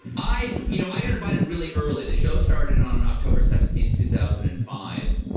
i you know i got invited really early. the show started on october seventeen, two thousand and five.